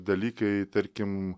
dalykai tarkim